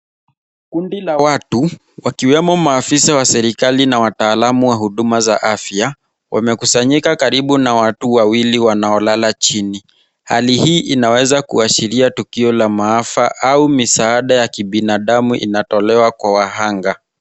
Kundi la watu wakiwemo maafisa wa serikali na wataalamu wa huduma za afya. Wamekusanyika karibu na watu wawili wanaolala chini. Hali hii inaweza kuashiria tukio la maafa au misaada ya kibinadamu inatolewa kwa wahanga.